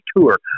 Tour